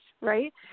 right